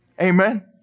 Amen